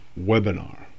webinar